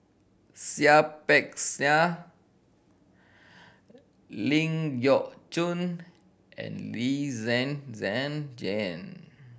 Seah Peck Seah Ling Geok Choon and Lee Zhen Zhen Jane